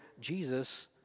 Jesus